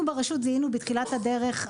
אנחנו ברשות זיהינו בתחילת הדרך,